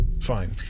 fine